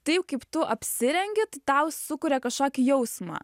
taip kaip tu apsirengi tai tau sukuria kažkokį jausmą